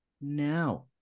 now